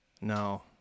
No